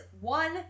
one